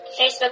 Facebook